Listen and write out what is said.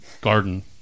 garden